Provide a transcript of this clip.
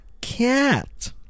cat